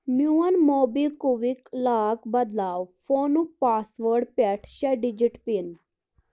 میون موبی quick lock بدلاو فونُک پاسوٲڈ پٮ۪ٹھ شےٚ ڈِجِٹ پِن